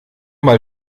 mal